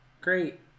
Great